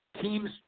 teams